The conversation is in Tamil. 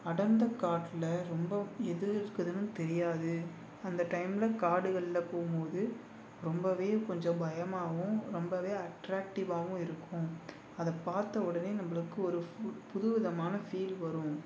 அடர்ந்த காட்டில் ரொம்ப எது இருக்குதுன்னு தெரியாது அந்த டைமில் காடுகள்ல போகும்போது ரொம்பவே கொஞ்சம் பயமாகவும் ரொம்பவே அட்ராக்ட்டிவாகவும் இருக்கும் அதை பார்த்த உடனே நம்மளுக்கு ஒரு ஃபு புது விதமான ஃபீல் வரும்